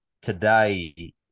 today